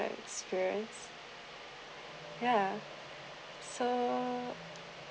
experience ya so